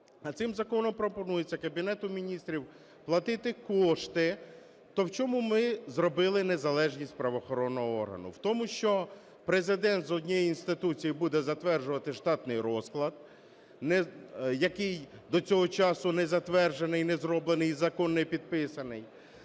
цим законом пропонується Кабінету Міністрів платити кошти, то в чому ми зробили незалежність правоохоронного органу? В тому, що Президент з однієї інституції буде затверджувати штатний розклад, який до цього часу не затверджений і не зроблений, і закон не підписаний,